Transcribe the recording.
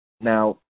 Now